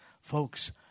Folks